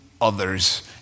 others